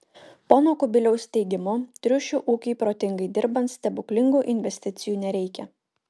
pono kubiliaus teigimu triušių ūkiui protingai dirbant stebuklingų investicijų nereikia